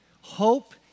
Hope